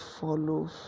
follow